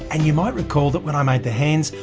and you might recall that when i made the hands,